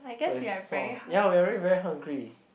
with sauce ya very very hungry